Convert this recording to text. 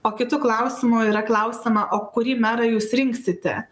o kitu klausimu yra klausiama o kurį merą jūs rinksite